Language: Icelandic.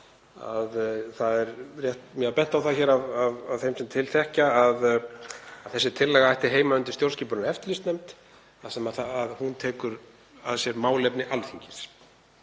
Mér var bent á það hér, af þeim sem til þekkja, að þessi tillaga ætti heima undir stjórnskipunar- og eftirlitsnefnd þar sem sú nefnd tekur að sér málefni Alþingis.